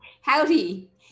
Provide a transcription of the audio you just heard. Howdy